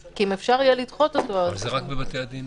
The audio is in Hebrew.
כי אם אפשר יהיה לדחות אותו הבעיה היא רק בבתי הדין